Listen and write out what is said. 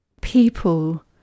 people